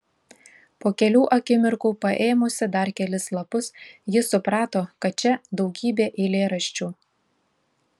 po kelių akimirkų paėmusi dar kelis lapus ji suprato kad čia daugybė eilėraščių